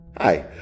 Hi